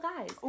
guys